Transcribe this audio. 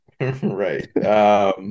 Right